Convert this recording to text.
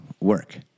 work